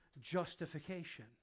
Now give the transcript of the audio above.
justification